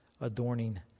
adorning